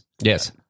Yes